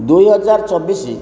ଦୁଇ ହଜାର ଚବିଶ